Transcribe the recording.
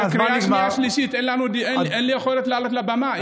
זו קריאה שנייה ושלישית, אין לי יכולת לעלות לבמה.